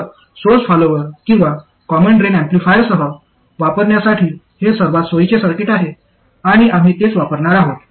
तर source follower किंवा common drain एम्पलीफायरसह वापरण्यासाठी हे सर्वात सोयीचे सर्किट आहे आणि आम्ही तेच वापरणार आहोत